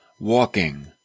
walking